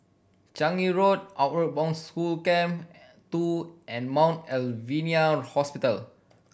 Changi Road Outward Bound School Camp Two and Mount Alvernia Hospital